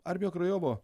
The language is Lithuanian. armija krajovo